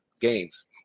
games